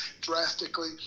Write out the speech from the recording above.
drastically